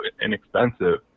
inexpensive